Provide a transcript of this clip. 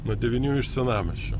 nuo devynių iš senamiesčio